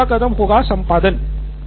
हमारा अगला कदम होगा संपादन